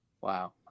Wow